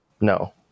No